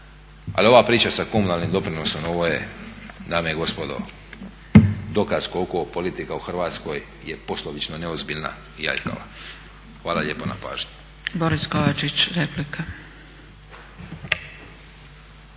Ali ova priča sa komunalnim doprinosom ovo je dame i gospodo dokaz koliko politika u Hrvatskoj je poslovično neozbiljna i aljkava. Hvala lijepa na pažnji.